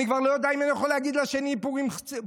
אני כבר לא יודע אם אני יכול להגיד "פורים שמח".